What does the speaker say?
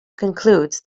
concludes